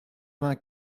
vingt